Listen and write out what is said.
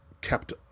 kept